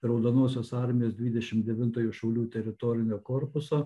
raudonosios armijos dvidešim devintojo šaulių teritorinio korpuso